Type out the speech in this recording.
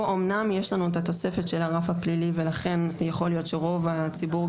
פה אמנם יש לנו את התוספת של הרף הפלילי ולכן יכול להיות שרוב הציבור,